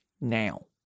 now